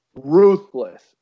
ruthless